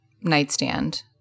nightstand